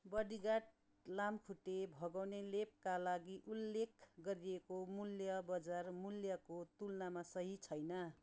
bodyguard लामखुट्टे भगाउने लेपका लागि उल्लेख गरिएको मूल्य बजार मूल्यको तुलनामा सही छैन